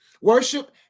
Worship